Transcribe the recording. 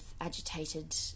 agitated